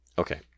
Okay